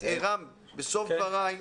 בסוף דבריי,